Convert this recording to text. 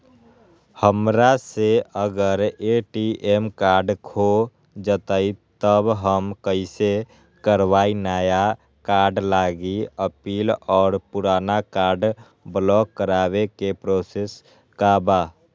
हमरा से अगर ए.टी.एम कार्ड खो जतई तब हम कईसे करवाई नया कार्ड लागी अपील और पुराना कार्ड ब्लॉक करावे के प्रोसेस का बा?